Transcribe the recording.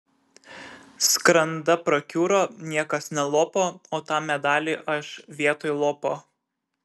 skranda prakiuro niekas nelopo o tą medalį aš vietoj lopo